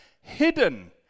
hidden